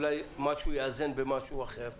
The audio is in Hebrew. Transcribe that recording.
אולי משהו יאזן במשהו אחר?